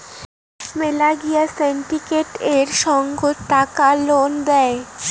মেলা গিলা সিন্ডিকেট এক সঙ্গত টাকা লোন দেয়